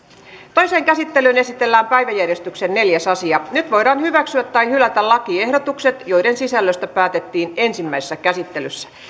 toiseen käsittelyyn esitellään päiväjärjestyksen neljäs asia nyt voidaan hyväksyä tai hylätä lakiehdotukset joiden sisällöstä päätettiin ensimmäisessä käsittelyssä